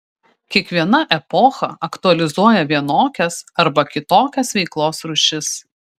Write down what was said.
kiekviena epocha aktualizuoja vienokias arba kitokias veiklos rūšis